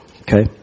Okay